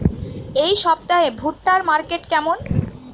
এই সপ্তাহে ভুট্টার মার্কেট কেমন?